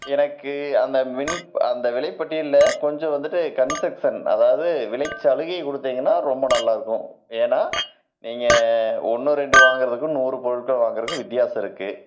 எனக்கு அந்த மின் அந்த விலைபட்டியலில் கொஞ்சம் வந்துட்டு கன்சக்ஷன் அதாவது விலை சலுகை கொடுத்தீங்கன்னா ரொம்ப நல்லா இருக்கும் ஏன்னால் நீங்கள் ஒன்று ரெண்டு வாங்குறதுக்கும் நூறு பொருட்கள் வாங்குறக்கும் வித்தியாசம் இருக்குது